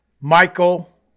Michael